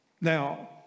Now